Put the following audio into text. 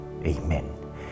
Amen